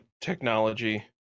technology